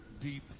deep